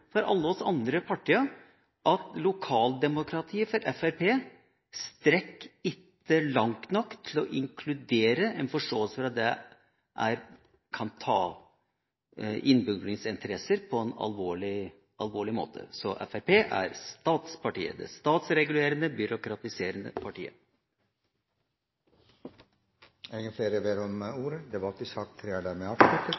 for alle de andre partiene at lokaldemokratiet for Fremskrittspartiet ikke strekker seg langt nok til å inkludere en forståelse for å ta innbyggernes interesser alvorlig. Så Fremskrittspartiet er statspartiet – det statsregulerende, byråkratiserende partiet. Flere har ikke bedt om